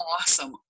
awesome